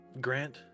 Grant